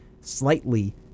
slightly